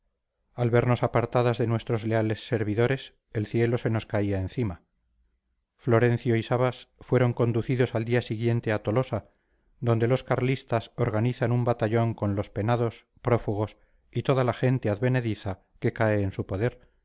al vernos apartadas de nuestros leales servidores el cielo se nos caía encima florencio y sabas fueron conducidos al día siguiente a tolosa donde los carlistas organizan un batallón con los penados prófugos y toda la gente advenediza que cae en su poder